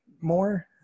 more